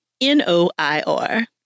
N-O-I-R